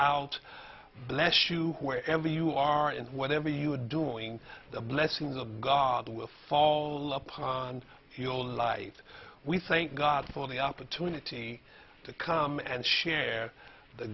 out bless you wherever you are in whatever you are doing the blessings of god will fall upon your light we thank god for the opportunity to come and share the